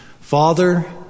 Father